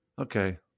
okay